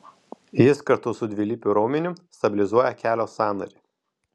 jis kartu su dvilypiu raumeniu stabilizuoja kelio sąnarį